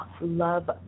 love